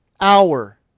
hour